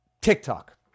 TikTok